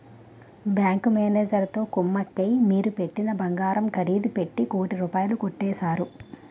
bank మేనేజరుతో కుమ్మక్కై మీరు పెట్టిన బంగారం ఖరీదు పెట్టి కోటి రూపాయలు కొట్టేశారు